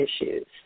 issues